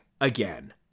Again